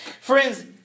Friends